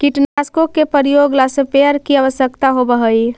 कीटनाशकों के प्रयोग ला स्प्रेयर की आवश्यकता होव हई